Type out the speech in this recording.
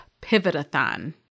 pivot-a-thon